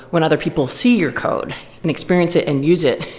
when other people see your code and experience it and use it,